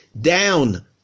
down